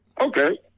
Okay